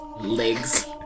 Legs